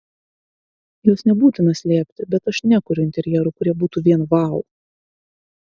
jos nebūtina slėpti bet aš nekuriu interjerų kurie būtų vien vau